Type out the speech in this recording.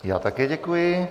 Já také děkuji.